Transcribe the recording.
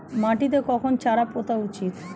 মাটিতে কখন চারা পোতা উচিৎ?